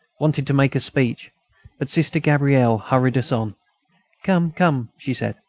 wanted to make a speech but sister gabrielle hurried us on come, come, she said.